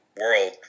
world